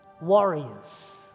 warriors